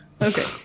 Okay